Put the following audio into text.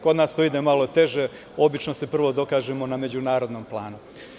Kod nas to ide malo teže, obično se prvo dokažemo na međunarodnom planu.